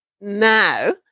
now